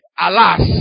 alas